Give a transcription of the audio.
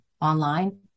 online